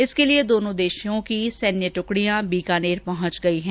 इसके लिए दोनों देशों की सैन्य ट्कड़ियां बीकानेर पहंच गई हैं